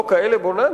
לא כאלה בוננזות.